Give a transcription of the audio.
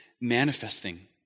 manifesting